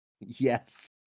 yes